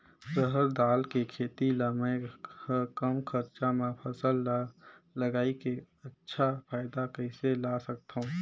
रहर दाल के खेती ला मै ह कम खरचा मा फसल ला लगई के अच्छा फायदा कइसे ला सकथव?